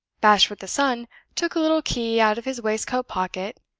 bashwood the son took a little key out of his waistcoat pocket,